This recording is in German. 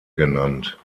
genannt